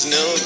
no